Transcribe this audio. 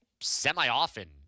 semi-often